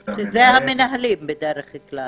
זה המנהל --- אלה המנהלים בדרך כלל.